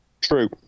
True